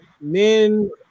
Men